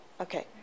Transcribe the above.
okay